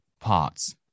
parts